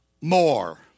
more